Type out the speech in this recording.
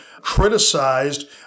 criticized